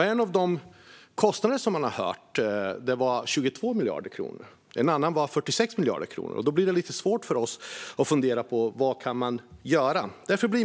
Men då en kostnad som har nämnts är 22 miljarder kronor och en annan är 46 miljarder kronor är det lite svårt för oss att fundera på vad man kan göra.